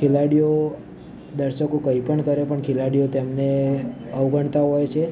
કોઈ પણ ખેલાડીઓ દર્શકો કંઈપણ કરે પણ ખેલાડીઓ તેમને અવગણતા હોય છે